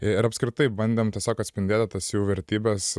ir apskritai bandėm tiesiog atspindėti tas jų vertybes